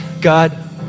God